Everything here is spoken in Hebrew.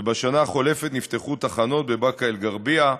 ובשנה החולפת נפתחו תחנות בבאקה אל-גרבייה,